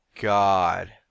God